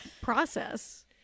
process